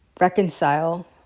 reconcile